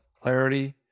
clarity